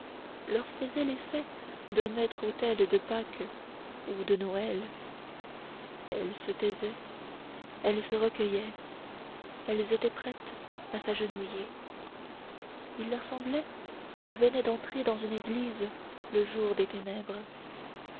leur faisaient l'effet d'un maître-autel de pâques ou de noël elles se taisaient elles se recueillaient elles étaient prêtes à s'agenouiller il leur semblait qu'elles venaient d'entrer dans une église le jour de ténèbres